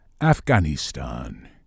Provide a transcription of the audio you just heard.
Afghanistan